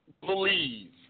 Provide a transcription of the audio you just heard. believe